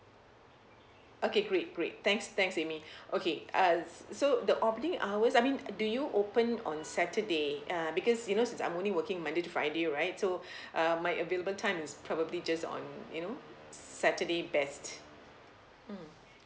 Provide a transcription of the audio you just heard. okay great great thanks thanks amy okay uh so so the opening hours I mean do you open on saturday ah because you know since I'm only working monday to friday right so err my available time is probably just on you know saturday best mm